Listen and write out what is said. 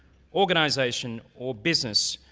organization, or business.